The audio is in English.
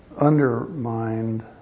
undermined